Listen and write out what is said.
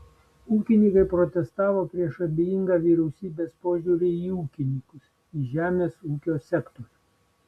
ūkininkai protestavo prieš abejingą vyriausybės požiūrį į ūkininkus į žemės ūkio sektorių